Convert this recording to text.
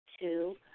Two